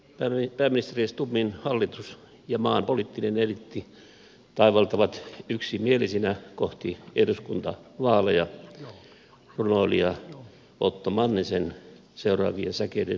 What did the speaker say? pääministeri stubbin hallitus ja maan poliittinen eliitti taivaltavat yksimielisinä kohti eduskuntavaaleja runoilija otto mannisen seuraavien säkeiden hengessä